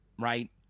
right